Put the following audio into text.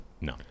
No